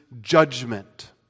judgment